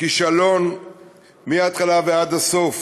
כישלון מההתחלה ועד הסוף,